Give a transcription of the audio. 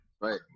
Right